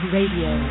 Radio